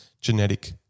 genetic